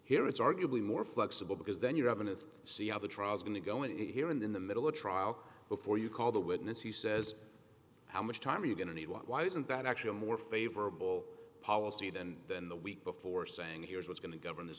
here it's arguably more flexible because then you are going to see other trials going to going to hear in the middle of trial before you call the witness he says how much time are you going to need one why isn't that actually a more favorable policy than than the week before saying here's what's going to govern this